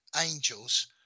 angels